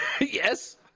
Yes